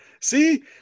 See